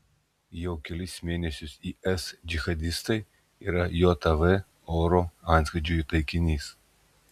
jau kelis mėnesius is džihadistai yra jav oro antskrydžių taikinys